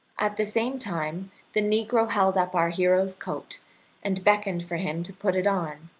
at the same time the negro held up our hero's coat and beckoned for him to put it on,